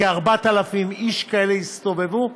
כ-4,000 איש כאלה יסתובבו,